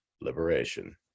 liberation